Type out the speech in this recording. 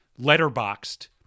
letterboxed